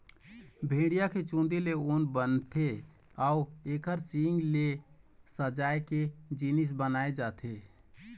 भेड़िया के चूंदी ले ऊन बनथे अउ एखर सींग ले सजाए के जिनिस बनाए जाथे